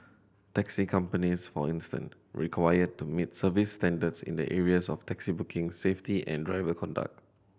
taxi companies for instance required to meet service standards in the areas of taxi booking safety and driver conduct